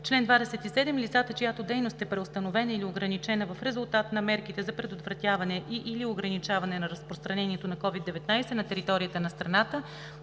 Чл. 27. Лицата, чиято дейност е преустановена или ограничена в резултат на мерките за предотвратяване и/или ограничаване на разпространението на COVID-19 на територията на страната,